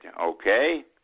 okay